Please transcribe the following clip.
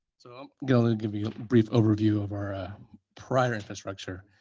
so i'm going to give you a brief overview of our prior infrastructure.